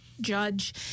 judge